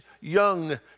young